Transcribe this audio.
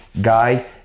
guy